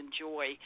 enjoy